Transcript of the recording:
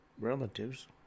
Relatives